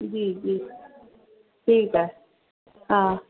जी जी ठीकु आहे हा